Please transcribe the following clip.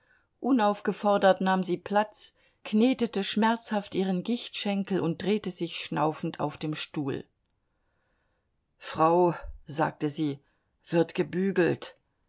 unaufgefordert nahm sie platz knetete schmerzhaft ihren gichtschenkel und drehte sich schnaufend auf dem stuhl frau sagte sie wird gebügelt